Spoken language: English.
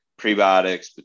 prebiotics